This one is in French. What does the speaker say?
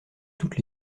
toutes